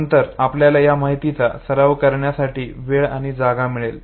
नंतर आपल्याला या माहितीचा सराव करण्यासाठी वेळ आणि जागा मिळेल